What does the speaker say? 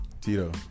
Tito